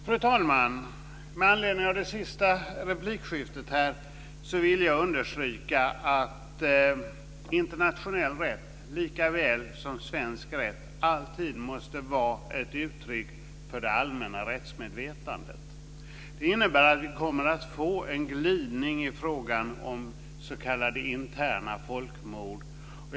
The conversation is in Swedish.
Fru talman! Med anledning av det senaste replikskiftet vill jag understryka att internationell rätt likaväl som svensk rätt alltid måste vara ett uttryck för det allmänna rättsmedvetandet. Det innebär att vi kommer att få en glidning i frågan om s.k. interna folkmord.